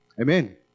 Amen